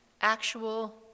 actual